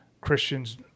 Christians